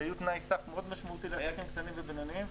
שהיו תנאי סף מאוד משמעותי לעסקים קטנים ובינוניים.